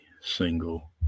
single